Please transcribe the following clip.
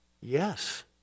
yes